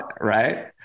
right